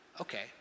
Okay